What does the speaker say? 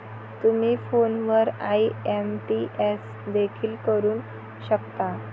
तुम्ही फोनवर आई.एम.पी.एस देखील वापरू शकता